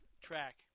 track